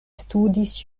studis